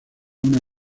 una